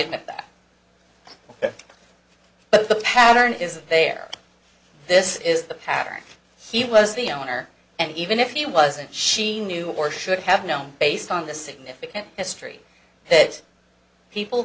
admit that but the pattern is there this is the pattern he was the owner and even if he wasn't she knew or should have known based on the significant history that people